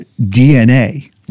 DNA